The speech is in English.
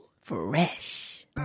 Fresh